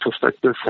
perspective